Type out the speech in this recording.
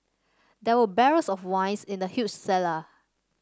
there were barrels of wines in the huge cellar